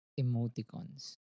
emoticons